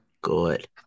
Good